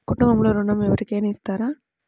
కుటుంబంలో ఋణం ఎవరికైనా ఇస్తారా?